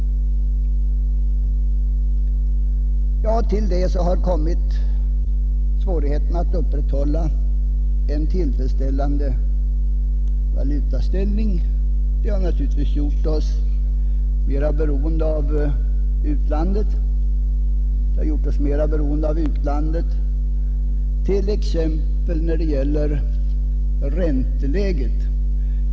Till detta har kommit svårigheten att upprätthålla en tillfredsställande valutaställning, vilket gjort oss alltmer beroende av utlandet t.ex. när det gäller ränteläget.